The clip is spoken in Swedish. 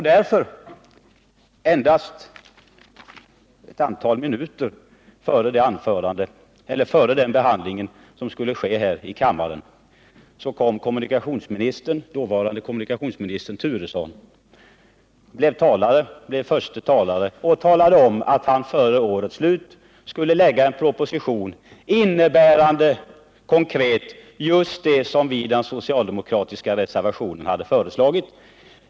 Därför, endast några timmar före behandlingen av frågan här i kammaren, kom den dåvarande kommunikationsministern, Bo Turesson, upp som förste talare på talarlistan och han framhöll att han före årets slut skulle lägga en proposition innebärande konkret just det som vi föreslagit i den socialdemokratiska reservationen.